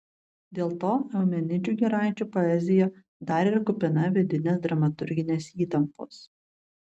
dėl to eumenidžių giraičių poezija dar ir kupina vidinės dramaturginės įtampos